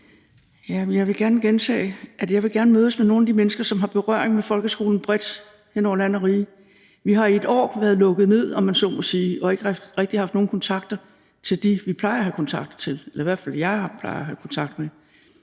jeg gerne vil mødes med nogle af de mennesker, som har berøring med folkeskolen bredt hen over land og rige. Vi har i et år været lukket ned, om man så må sige, og ikke rigtig haft nogen kontakt med dem, vi plejer at have kontakt med;